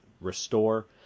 Restore